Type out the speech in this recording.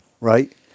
right